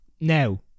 Now